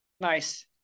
Nice